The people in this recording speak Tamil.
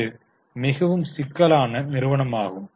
இது மிகவும் சிக்கலான நிறுவனமாகும்